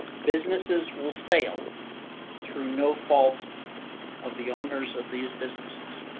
businesses will fail through no fault of the owners of these businesses.